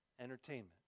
entertainment